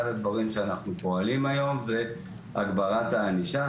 אחד הדברים שאנחנו פועלים היום זה הגברת הענישה,